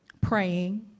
praying